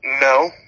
No